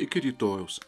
iki rytojaus